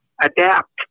adapt